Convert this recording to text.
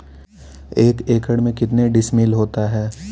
एक एकड़ में कितने डिसमिल होता है?